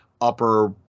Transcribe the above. upper